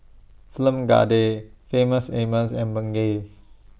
Film Famous Amos and Bengay